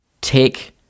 take